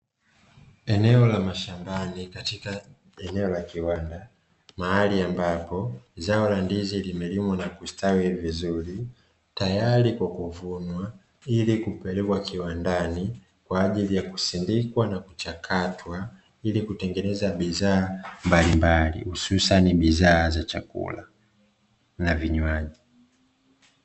Eneo la mashambani katika eneo la kiwanda mahali ambapo zao la ndizi limelimwa na kustawi vizuri tayari kwa kuvunwa ilikupelekwa kiwandani, kwa ajili ya kusindikwa na kuchakatwa ilikutengenezwa bidhaa mbalimbali ususani bidhaa za chakula na vinywaji.